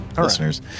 listeners